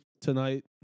tonight